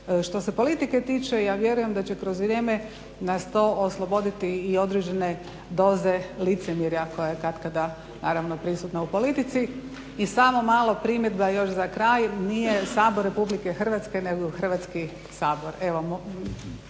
što se politike tiče ja vjerujem da će kroz vrijeme nas to osloboditi i određene doze licemjerja koja je katkada naravno prisutna u politici. I samo mala primjedba još za kraj, nije Sabor RH nego Hrvatski sabor.